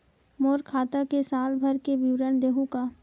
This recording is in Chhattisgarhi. मोर खाता के साल भर के विवरण देहू का?